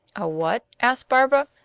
a what? asked barbara.